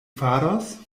faros